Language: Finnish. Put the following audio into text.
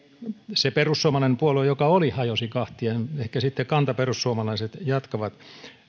se perussuomalainen puolue joka oli hajosi kahtia ehkä sitten kantaperussuomalaiset jatkavat